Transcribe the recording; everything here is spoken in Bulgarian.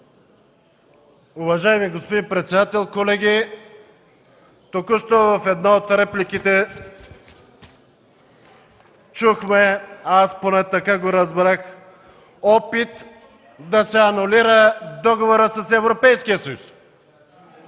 Уважаеми господин председател, колеги! Току-що в една от репликите чухме, аз поне така разбрах, опит да се анулира договора с Европейския съюз.